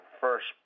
first